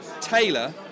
Taylor